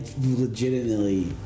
legitimately